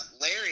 Larry